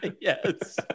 Yes